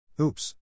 Oops